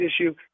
issue